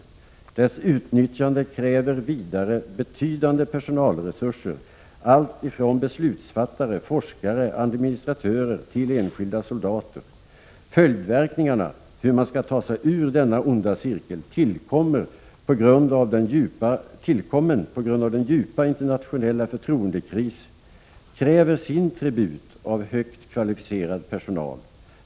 Dess utnyttjande kräver vidare betydande personalresurser, alltifrån beslutsfattare, forskare och administratörer till enskilda soldater. Följdverkningarna, hur man skall ta sig ur denna onda cirkel, tillkommen på grund av en djup internationell förtroendekris, kräver sin tribut av högt kvalificerad personal.